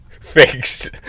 Fixed